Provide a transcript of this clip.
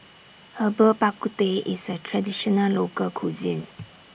Herbal Bak Ku Teh IS A Traditional Local Cuisine